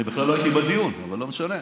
אני בכלל לא הייתי בדיון, אבל לא משנה.